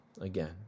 again